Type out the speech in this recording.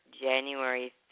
January